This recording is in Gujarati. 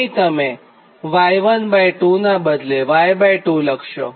અહીં તમે Y12 નાં બદલે Y2 લખશો